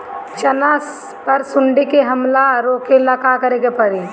चना पर सुंडी के हमला रोके ला का करे के परी?